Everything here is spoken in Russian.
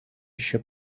еще